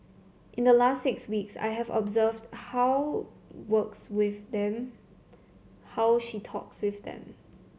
in the last six weeks I have observed how works with them how she talks with them